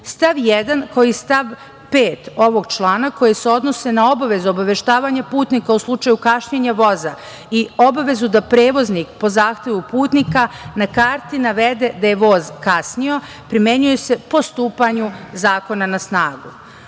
1. koji stav 5. ovog člana koji se odnose na obavezu obaveštavanja putnika u slučaju kašnjenja voza i obavezu da prevoznik po zahtevu putnika na karti navede da je voz kasnio, primenjuje se po stupanju zakona na